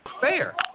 fair